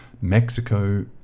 Mexico